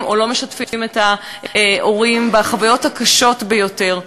או לא משתפים את ההורים בחוויות הקשות ביותר.